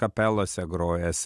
kapelose grojęs